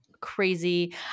crazy